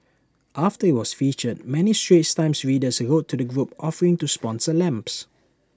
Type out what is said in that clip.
after IT was featured many straits times readers wrote to the group offering to sponsor lamps